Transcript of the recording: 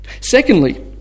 Secondly